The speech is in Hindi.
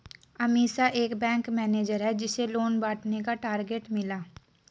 अमीषा एक बैंक मैनेजर है जिसे लोन बांटने का टारगेट मिला